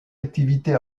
activités